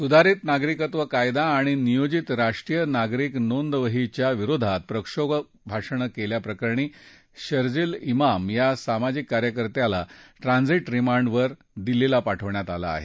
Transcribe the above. सुधारित नागरिकत्व कायदा आणि नियोजित राष्ट्रीय नागरिक नोंदवहीच्या विरोधात प्रक्षोभक भाषणं केल्या प्रकरणी शर्जील इमाम या सामाजिक कार्यकर्त्याला ट्रान्झिट रिमांडवर दिल्लीला पाठवलं आहे